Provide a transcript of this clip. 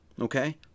okay